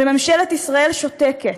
וממשלת ישראל שותקת.